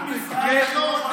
אתה לא עונה,